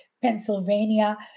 Pennsylvania